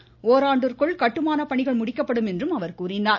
Innocent ஒராண்டிற்குள் கட்டுமான பணிகள் முடிக்கப்படும் எனவும் அவர் கூறினார்